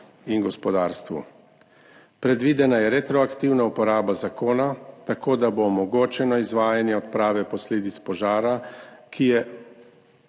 in gospodarstvu. Predvidena je retroaktivna uporaba zakona, tako da bo omogočeno izvajanje odprave posledic požara, ki je